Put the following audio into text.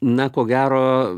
na ko gero